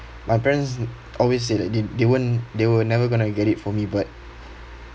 my parents always say that they won't they will never going to get it for me but